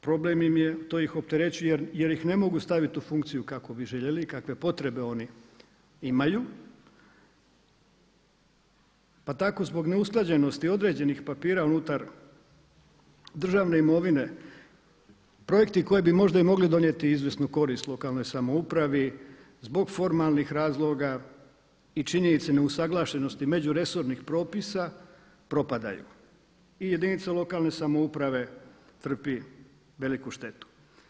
Problem im je to ih opterećuje jer ih ne mogu staviti u funkciju kako bi željeli i kakve potrebe oni imaju, pa tako zbog neusklađenosti određenih papira unutar državne imovine, projekti koji bi možda i mogli donijeti izvjesnu korist lokalnoj samoupravi zbog formalnih razloga i činjenice neusuglašenosti međuresornih propisa propadaju i jedinica lokalne samouprave trpi veliku štetu.